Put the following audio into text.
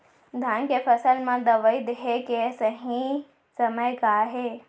धान के फसल मा दवई देहे के सही समय का हे?